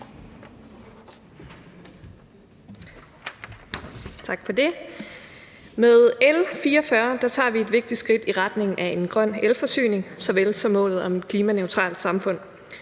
Med L 44 tager vi et vigtigt skridt i retning af en grøn elforsyning såvel som målet om et klimaneutralt samfund.